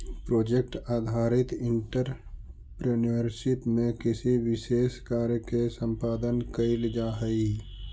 project आधारित entrepreneurship में किसी विशेष कार्य के संपादन कईल जाऽ हई